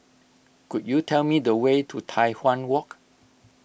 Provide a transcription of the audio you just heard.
could you tell me the way to Tai Hwan Walk